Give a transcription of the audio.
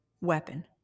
weapon